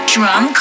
Drum